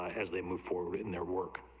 as they move forward in their work,